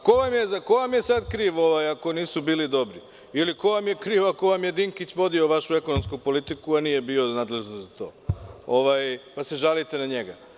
Ko vam je sad kriv ako nisu bili dobri ili ko vam je kriv ako vam je Dinkić vodio vašu ekonomsku politiku, a nije bio nadležan za to, pa se žalite na njega?